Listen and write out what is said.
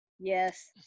Yes